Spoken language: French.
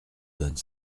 donne